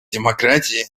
демократии